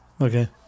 Okay